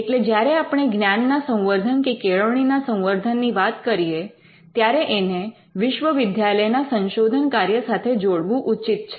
એટલે જ્યારે આપણે જ્ઞાનના સંવર્ધન કે કેળવણીના સંવર્ધન ની વાત કરીએ ત્યારે એને વિશ્વવિદ્યાલયના સંશોધન કાર્ય સાથે જોડવું ઉચિત છે